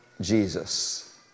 Jesus